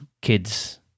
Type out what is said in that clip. kids